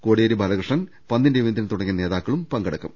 കൊടിയേരി ബാലകൃഷ്ണൻ പന്ന്യൻ രവീന്ദ്രൻ തുടങ്ങിയ നേതാ ക്കൾ പങ്കെടുക്കും